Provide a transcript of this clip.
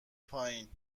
پایین